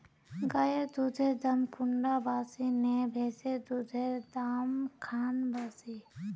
गायेर दुधेर दाम कुंडा बासी ने भैंसेर दुधेर र दाम खान बासी?